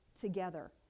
together